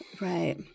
Right